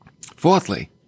Fourthly